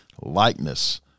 likeness